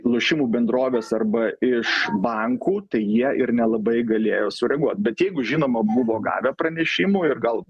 lošimų bendrovės arba iš bankų tai jie ir nelabai galėjo sureaguot bet jeigu žinoma buvo gavę pranešimų ir gal